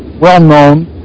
well-known